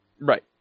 Right